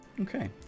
Okay